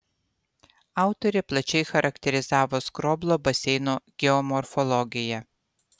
autorė plačiai charakterizavo skroblo baseino geomorfologiją